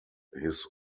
his